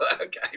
okay